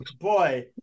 boy